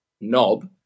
knob